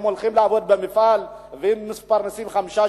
הולכים לעבוד במפעל והם מפרנסים חמישה,